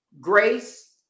grace